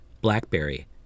Blackberry